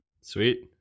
Sweet